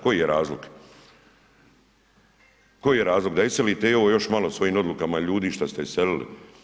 Koji je razlog, koji je razlog da iselite i ovo još malo svojim odlukama ljudi šta ste iselili?